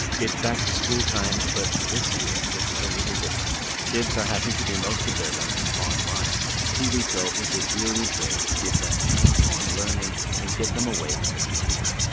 it's back to school time, but this year it's a little different. kids are having to do most of their learning online. kiwico is a brilliant way to give them some hands-on learning and get them away from the computer.